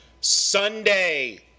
Sunday